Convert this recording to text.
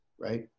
right